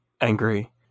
angry